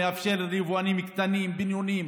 נאפשר ליבואנים קטנים ובינוניים,